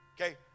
okay